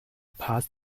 pass